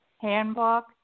handbook